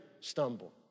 stumble